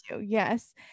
yes